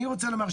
אני רוצה לומר,